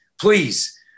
please